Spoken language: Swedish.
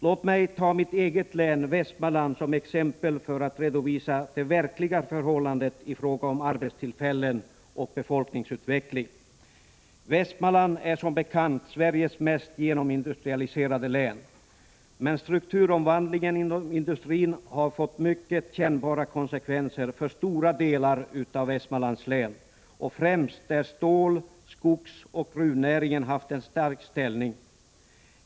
Låt mig ta mitt eget län, Västmanlands, som exempel för att redovisa det verkliga förhållandet i fråga om arbetstillfällen och befolkningsutveckling. Västmanland är som bekant Sveriges mest genomindustrialiserade län. Men strukturomvandlingen inom industrin har fått mycket kännbara konsekvenser för stora delar av länet främst där stål-, skogsoch gruvnäringarna har haft en stark ställning.